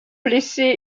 blessé